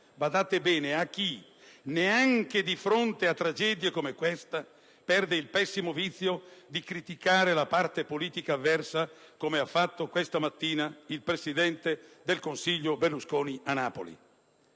badate bene, neanche di fronte a tragedie come questa perde il pessimo vizio di criticare la parte politica avversa, come ha fatto questa mattina il presidente del Consiglio Berlusconi a Napoli.